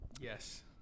yes